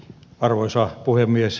arvoisa puhemies